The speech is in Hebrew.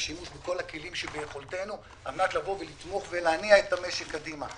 השימוש בכל הכלים שביכולתנו על מנת לתמוך ולהניע את המשק קדימה.